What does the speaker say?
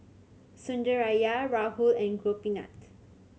Sundaraiah Rahul and Gopinath